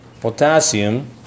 Potassium